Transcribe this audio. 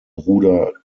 bruder